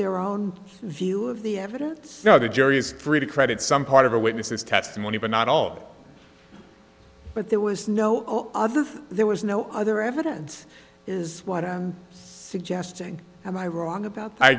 their own view of the evidence so the jury is free to credit some part of the witness's testimony but not all but there was no other there was no other evidence is what i'm suggesting am i wrong about i